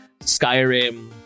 Skyrim